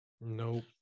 Nope